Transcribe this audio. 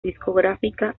discográfica